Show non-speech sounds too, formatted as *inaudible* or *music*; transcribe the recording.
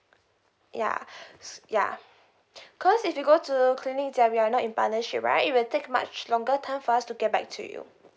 ya *breath* s~ ya *breath* cause if you go to clinic that we are not in partnership right it will take much longer time for us to get back to you